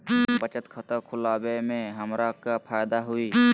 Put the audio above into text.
बचत खाता खुला वे में हमरा का फायदा हुई?